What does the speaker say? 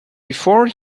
before